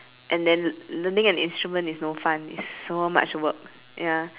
and then learning an instrument is no fun is so much work ya